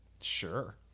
Sure